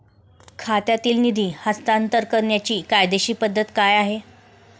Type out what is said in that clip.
खात्यातील निधी हस्तांतर करण्याची कायदेशीर पद्धत काय आहे?